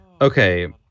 Okay